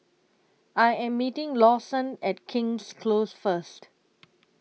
I Am meeting Lawson At King's Close First